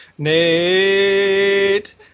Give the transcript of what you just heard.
Nate